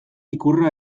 ikurra